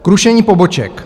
K rušení poboček.